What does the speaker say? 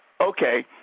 Okay